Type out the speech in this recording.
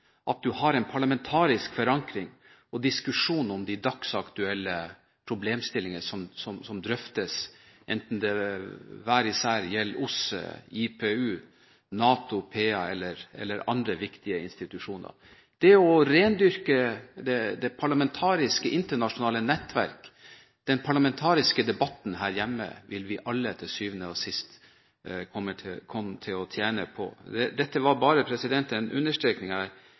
en parlamentarisk forankring og diskusjon om de dagsaktuelle problemstillinger som drøftes, enten det gjelder OSSE, IPU, NATO PA eller andre viktige institusjoner. Det å rendyrke det parlamentariske internasjonale nettverk og den parlamentariske debatten her hjemme vil vi alle til syvende og sist komme til å tjene på. Dette var bare en understrekning, og jeg er